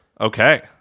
Okay